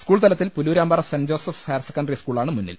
school തലത്തിൽ Pulloorampara saint Joseph's higher secondary സ്കൂളാണ് മുന്നിൽ